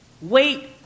Wait